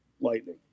Lightning